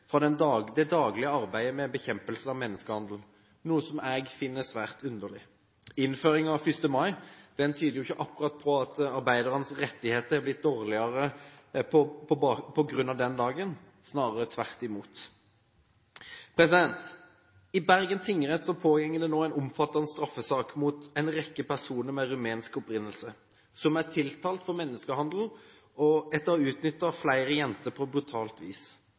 fra det daglige arbeidet med bekjempelse av menneskehandel, noe som jeg finner svært underlig. Innføringen av 1. mai tyder ikke akkurat på at arbeidstakernes rettigheter har blitt dårligere på grunn av den dagen, snarere tvert imot. I Bergen tingrett pågår det nå en omfattende straffesak mot en rekke personer med rumensk opprinnelse som er tiltalt for menneskehandel etter å ha utnyttet flere jenter på brutalt vis.